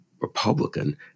Republican